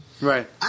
Right